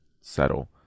settle